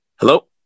Hello